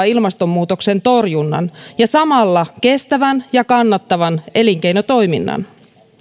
ilmastonmuutoksen torjunnan ja samalla kestävän ja kannattavan elinkeinotoiminnan